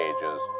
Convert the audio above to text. Ages